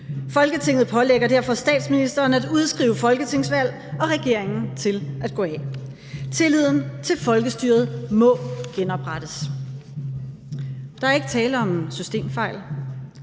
Folketinget pålægger derfor statsministeren at udskrive folketingsvalg og regeringen til at gå af. Tilliden til folkestyret må genoprettes.« (Forslag til vedtagelse